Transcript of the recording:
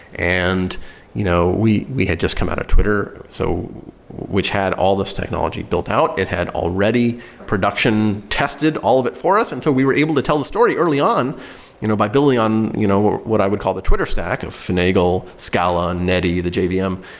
and you know we we had just come out of twitter, so which had all those technology built out. it had already production tested all of it for us, until we were able to tell the story early on you know by building on you know what i would call the twitter stack of finagle, scala, netty, the jvm. yeah um